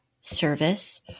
service